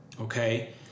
okay